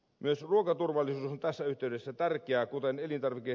myös ruokaturvallisuus on tässä yhteydessä tärkeää kuten elintarvike